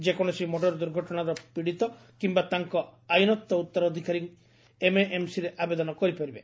ଯେକୌଣସି ମୋଟର ଦୁର୍ଘଟଶାର ପୀଡ଼ିତ କିୟା ତାଙ୍କ ଆଇନତଃ ଉତ୍ତରାଧିକାରୀ ଏମ୍ଏଏମ୍ସିରେ ଆବେଦନ କରିପାରିବେ